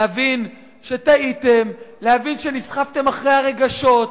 להבין שטעיתם, להבין שנסחפתם אחרי הרגשות,